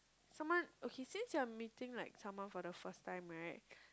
someone okay since you're meeting like someone for the first time right